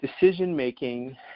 decision-making